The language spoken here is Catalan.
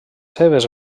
seves